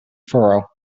furrow